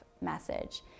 message